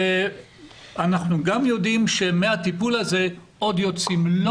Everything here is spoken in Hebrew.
אנחנו גם יודעים שמהטיפול הזה עוד יוצאים לא